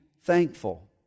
thankful